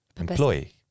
employee